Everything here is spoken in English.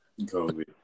covid